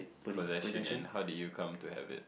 possession and how did you come to have it